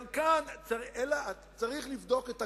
גם כאן צריך לבדוק את הקונטקסט,